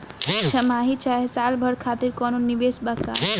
छमाही चाहे साल भर खातिर कौनों निवेश बा का?